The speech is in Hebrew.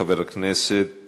חבר הכנסת